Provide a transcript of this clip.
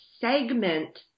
segment